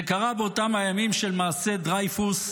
זה קרה באותם הימים של מעשה דרייפוס,